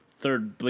third